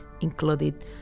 included